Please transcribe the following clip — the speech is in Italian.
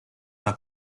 una